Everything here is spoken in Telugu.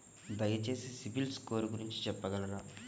దయచేసి సిబిల్ స్కోర్ గురించి చెప్పగలరా?